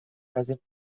present